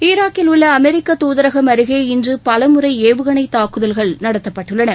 ஈராக்கில் உள்ள அமெரிக்க தூதரகம் அருகே இன்று பலமுறை ஏவுகணைத் தாக்குதல்கள் நடத்தப்பட்டுள்ளன